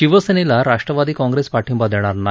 शिवसेनेला राष्ट्रवादी काँप्रेस पाठिंबा देणार नाही